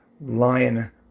lion